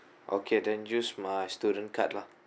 okay then use my student card lah